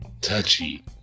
Touchy